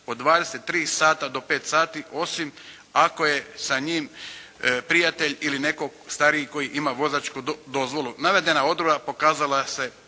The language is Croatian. od 23 sata do 5 sati osim ako je sa njim prijatelj ili netko stariji tko ima vozačku dozvolu. Navedena odredba pokazala se